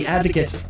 Advocate